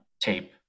tape